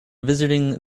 visiting